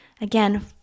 again